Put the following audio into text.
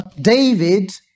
David